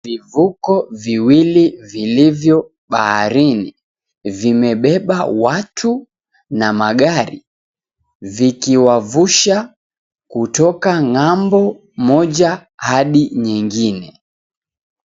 Vivuko viwili vilivyo baharini vimebeba watu na magari vikiwavusha kutoka ng'ambo moja hadi nyingine.